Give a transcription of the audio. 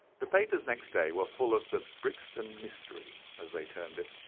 the papers next day were full of the brixton mystery, as they termed it.